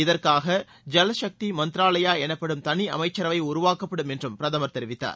இதற்காக ஜலசக்தி மந்த்ராலயா எனப்படும் தனி அமைச்சரவை உருவாக்கப்படும் என்றும் பிரதமர் தெரிவித்தார்